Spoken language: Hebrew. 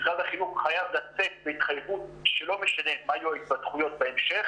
משרד החינוך חייב לצאת בהתחייבות שלא משנה מה יהיו ההתפתחויות בהמשך